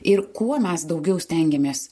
ir kuo mes daugiau stengiamės